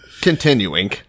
continuing